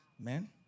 Amen